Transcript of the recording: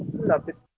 separate